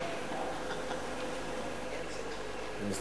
אם צריך?